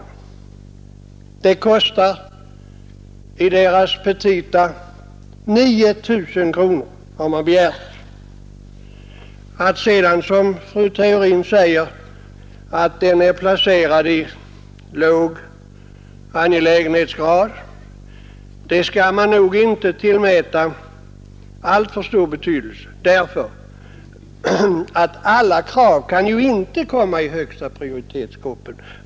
Lantbrukshögskolan har i sina petita begärt 9 000 kronor härför. Att sedan, som fru Theorin säger, tjänsten givits låg angelägenhetsgrad skall nog inte tillmätas alltför stor betydelse, därför att alla krav kan inte komma i högsta prioritetsgruppen.